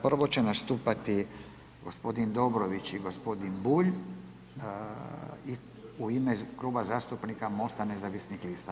Prvo će nastupati gospodin Dobrović i gospodin Bulj u ime Kluba zastupnika MOST-a nezavisnih lista.